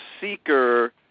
seeker